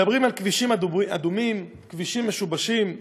מדברים על כבישים אדומים, כבישים משובשים.